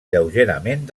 lleugerament